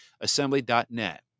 assembly.net